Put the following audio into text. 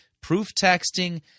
proof-texting